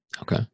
Okay